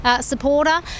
supporter